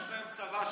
יש להם צבא שלהם.